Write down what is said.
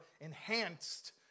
enhanced